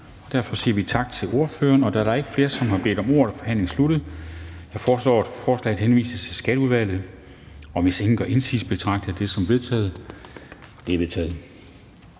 derfor siger vi tak til ordføreren. Da der ikke er flere, som har bedt om ordet, er forhandlingen sluttet. Jeg foreslår, at forslaget henvises til Skatteudvalget. Hvis ingen gør indsigelse, betragter jeg det som vedtaget. Det er vedtaget.